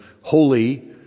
holy